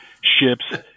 ships